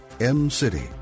M-City